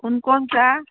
कौन कौनसा